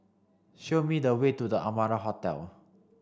show me the way to The Amara Hotel